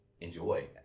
enjoy